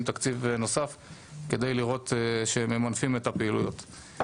תקציב נוסף כדי לראות שהם ממנפים את הפעילויות.